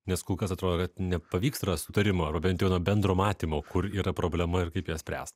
nes kol kas atrodo kad nepavyks rast sutarimo arba bent jau na bendro matymo kur yra problema ir kaip ją spręst